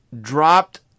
dropped